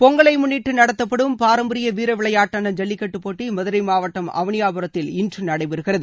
பொங்கலை முன்னிட்டு நடத்தப்படும் பாரம்பரிய வீர விளையாட்டான ஜல்லிக்கட்டு போட்டி மதுரை மாவட்டம் அவனியாபுரத்தில் இன்று நடைபெறுகிறது